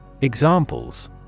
Examples